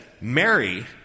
Mary